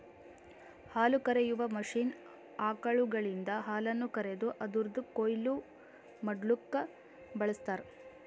ಹಾಲುಕರೆಯುವ ಮಷೀನ್ ಆಕಳುಗಳಿಂದ ಹಾಲನ್ನು ಕರೆದು ಅದುರದ್ ಕೊಯ್ಲು ಮಡ್ಲುಕ ಬಳ್ಸತಾರ್